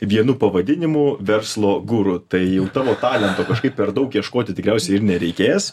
vienu pavadinimu verslo guru tai jau tavo talento kažkaip per daug ieškoti tikriausiai ir nereikės